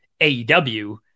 AEW